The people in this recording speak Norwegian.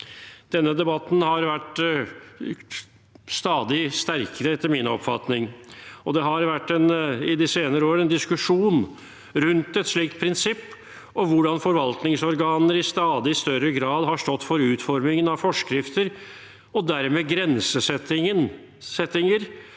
Denne debatten har blitt stadig sterkere, etter min oppfatning, og det har i de senere år vært en diskusjon rundt et slikt prinsipp, og hvordan forvaltningsorganer i stadig større grad har stått for utformingen av forskrifter og dermed grensesettinger